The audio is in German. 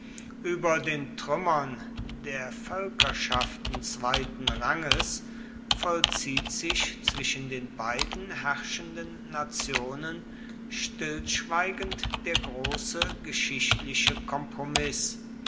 über den trümmern der völkerschaften zweiten ranges vollzieht sich zwischen den beiden herrschenden nationen stillschweigend der große geschichtliche kompromiß